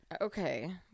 Okay